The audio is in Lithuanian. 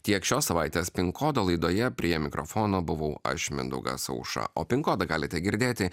tiek šios savaitės pin kodo laidoje prie mikrofono buvau aš mindaugas aušra o pin kodą galite girdėti